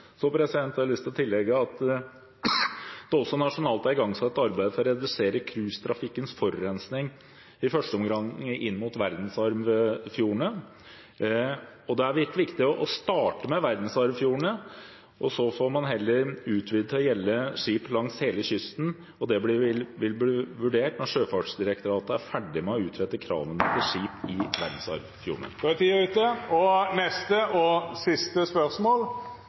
Så har jeg lyst til å legge til at det også nasjonalt er igangsatt arbeid for å redusere cruisetrafikkens forurensning, i første omgang inn mot verdensarvfjordene. Det har vært viktig å starte med verdensarvfjordene, og så får man heller utvide det til å gjelde skip langs hele kysten. Det vil bli vurdert når Sjøfartsdirektoratet er ferdig med å utrede kravene for skip i verdensarvfjordene. Jeg